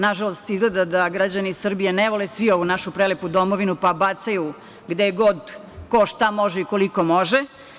Nažalost, izgleda da, građani Srbije, ne vole svi ovu našu prelepu domovinu, pa bacaju gde god ko šta može i koliko može.